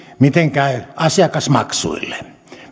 miten käy asiakasmaksuille